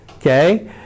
okay